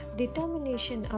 determination